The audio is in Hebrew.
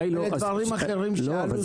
ברעננה ולדברים אחרים שעלו ספציפית.